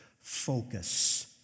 Focus